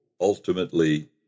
ultimately